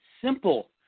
simple